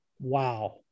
wow